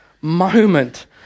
moment